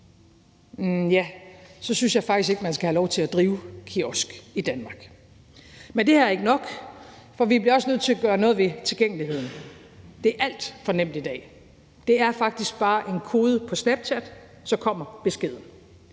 kiosk, synes jeg faktisk ikke man skal have lov til at drive kiosk i Danmark. Men det her er ikke nok, for vi bliver også nødt til at gøre noget ved tilgængeligheden. Det er alt for nemt i dag. Det er faktisk bare en kode på Snapchat, så kommer beskeden.